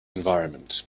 environment